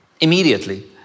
Immediately